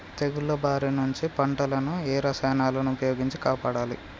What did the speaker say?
తెగుళ్ల బారి నుంచి పంటలను ఏ రసాయనాలను ఉపయోగించి కాపాడాలి?